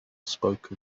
spoke